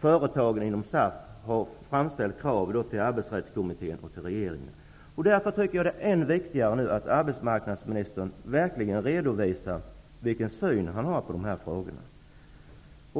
Företag inom SAF har ju framställt krav till Arbetsrättskommittén och till regeringen. Därför tycker jag att det är än viktigare att arbetsmarknadsministern verkligen redovisar vilken syn han har på dessa frågor.